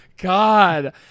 god